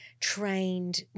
trained